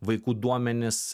vaikų duomenys